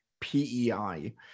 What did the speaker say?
PEI